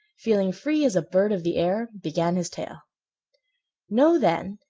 feeling free as a bird of the air, began his tale know, then,